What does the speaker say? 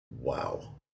Wow